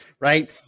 right